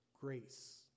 grace